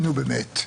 נו, באמת.